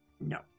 No